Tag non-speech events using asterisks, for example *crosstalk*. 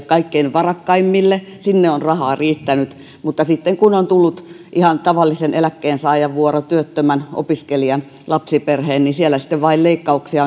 *unintelligible* kaikkein varakkaimmille sinne on rahaa riittänyt mutta sitten kun on tullut ihan tavallisen eläkkeensaajan vuoro työttömän opiskelijan lapsiperheen niin siellä sitten vain leikkauksia *unintelligible*